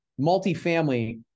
multifamily